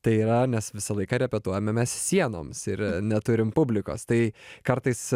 tai yra nes visą laiką repetuojame mes sienoms ir neturim publikos tai kartais